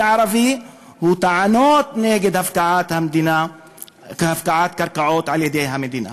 ערבי הוא טענות נגד הפקעת קרקעות על-ידי המדינה.